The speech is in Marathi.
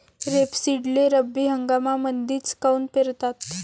रेपसीडले रब्बी हंगामामंदीच काऊन पेरतात?